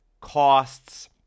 costs